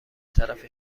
طرف